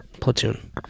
Platoon